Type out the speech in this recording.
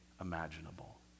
imaginable